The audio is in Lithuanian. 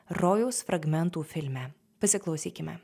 rojaus fragmentų filme pasiklausykime